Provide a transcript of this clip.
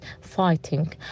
fighting